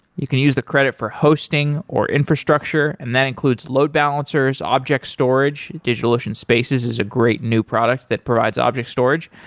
you can use the credit for hosting, or infrastructure, and that includes load balancers, object storage. digitalocean spaces is a great new product that provides object storage,